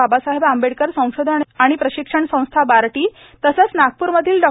बाबासाहेब आंबेडकर संशोधन आणि प्रशिक्षण संस्था अर्थात बार्टी तसेच नागपूर मधील डॉ